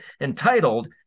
entitled